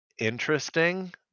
interesting